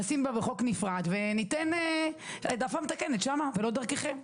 נשים אותה בחוק נפרד וניתן העדפה מתקנת שם ולא דרככם.